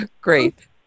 great